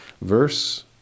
Verse